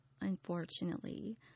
Unfortunately